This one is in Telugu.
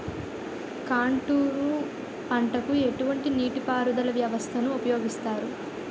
కాంటూరు పంటకు ఎటువంటి నీటిపారుదల వ్యవస్థను ఉపయోగిస్తారు?